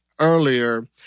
Earlier